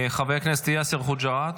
חבר הכנסת יאסר חוג'יראת,